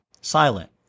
silent